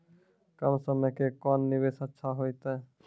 कम समय के कोंन निवेश अच्छा होइतै?